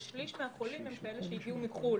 כאלה שהגיעו מחו"ל.